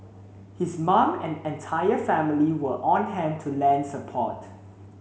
his mum and entire family were on hand to lend support